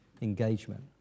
engagement